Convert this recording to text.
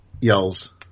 yells